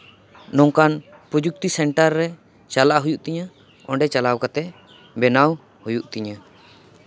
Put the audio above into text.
ᱱᱚᱝᱠᱟᱱ ᱯᱨᱚᱡᱩᱠᱛᱤ ᱥᱮᱱᱴᱟᱨ ᱨᱮ ᱪᱟᱞᱟᱜ ᱦᱩᱭᱩᱜ ᱛᱤᱧᱟᱹ ᱚᱸᱰᱮ ᱪᱟᱞᱟᱣ ᱠᱟᱛᱮ ᱵᱮᱱᱟᱣ ᱦᱩᱭᱩᱜ ᱛᱤᱧᱟᱹ